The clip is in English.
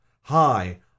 Hi